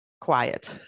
quiet